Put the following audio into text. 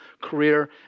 career